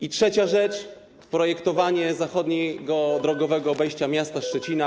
Po trzecie, projektowanie zachodniego drogowego obejścia miasta Szczecina.